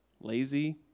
lazy